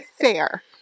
Fair